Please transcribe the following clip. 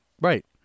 Right